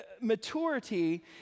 Maturity